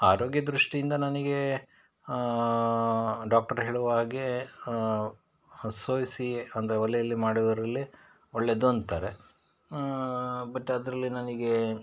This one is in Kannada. ಆರೋಗ್ಯ ದೃಷ್ಟಿಯಿಂದ ನನಗೆ ಡಾಕ್ಟರ್ ಹೇಳುವ ಹಾಗೆ ಸೋಸಿ ಅಂದ ಒಲೆಯಲ್ಲಿ ಮಾಡೋದರಲ್ಲಿ ಒಳ್ಳೆಯದು ಅಂತಾರೆ ಬಟ್ ಅದರಲ್ಲಿ ನನಗೆ